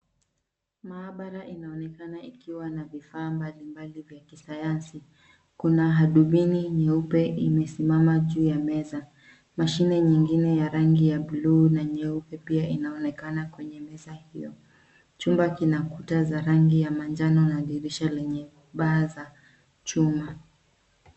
Maabara inaonekana ikiwa na vifaa mbalimbali vya kisayansi. Kuna hadubini nyeupe imesimama juu ya meza. Mashine nyingine ya rangi ya buluu na nyeupe pia inaonekana kwenye meza hiyo. Chumba kina kuta za rangi ya manjano na dirisha lenye baa za chuma.